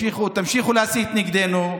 תמשיכו להסית נגדנו.